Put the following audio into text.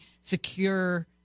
secure